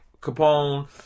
Capone